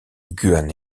guan